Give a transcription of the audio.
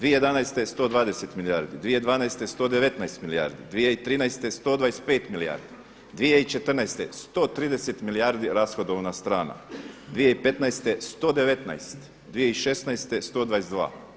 2011. 120 milijardi, 2012. 119 milijardi, 2013. 125 milijardi, 2014. 130 milijardi rashodovna strana, 2015. 119, 2016. 122.